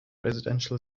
residential